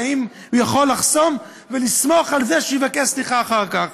יכול לחסום ולסמוך על זה שיבקש סליחה אחר כך.